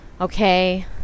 okay